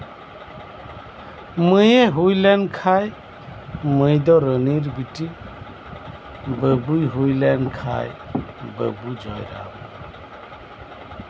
ᱢᱟᱹᱭᱮ ᱦᱩᱭ ᱞᱮᱱᱠᱷᱟᱡ ᱢᱟᱹᱭ ᱫᱚ ᱨᱟᱹᱱᱤᱨ ᱵᱤᱴᱤ ᱵᱟᱹᱵᱩᱭ ᱦᱩᱭ ᱞᱮᱱᱠᱷᱟᱡ ᱵᱟᱹᱵᱩ ᱡᱚᱭᱟᱱᱛ